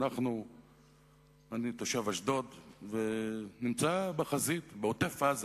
אני תושב אשדוד ונמצא בחזית, בעוטף-עזה.